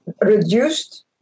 reduced